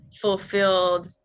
fulfilled